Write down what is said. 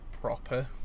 proper